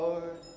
Lord